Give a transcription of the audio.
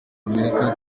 amerika